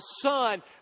son